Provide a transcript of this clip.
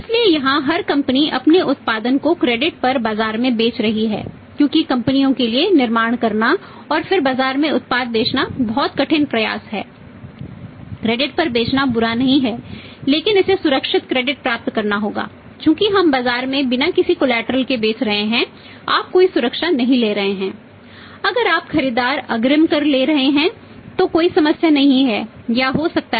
इसलिए यहां हर कंपनी अपने उत्पादन को क्रेडिट है जो हम ले रहे हैं तो कोई समस्या नहीं है